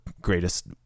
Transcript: greatest